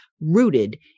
Rooted